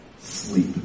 Sleep